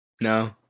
No